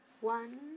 One